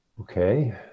Okay